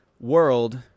world